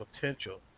potential